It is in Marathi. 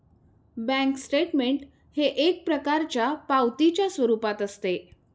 बँक स्टेटमेंट हे एक प्रकारच्या पावतीच्या स्वरूपात असते